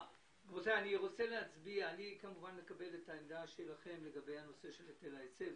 אני מקבל את העמדה שלכם לגבי הנושא של היטל ההיצף.